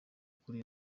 kuri